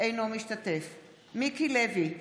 אינו משתתף בהצבעה מיקי לוי,